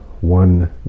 one